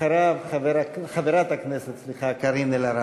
אחריו, חברת הכנסת קארין אלהרר.